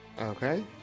Okay